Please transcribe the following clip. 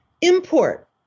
import